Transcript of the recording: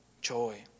joy